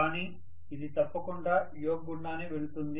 కానీ ఇది తప్పకుండా యోక్ గుండానే వెళ్తుంది